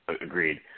Agreed